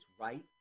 right